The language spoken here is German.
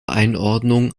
einordnung